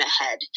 ahead